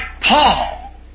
Paul